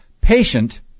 patient